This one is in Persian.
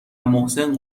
محسن